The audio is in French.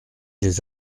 les